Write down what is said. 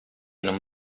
non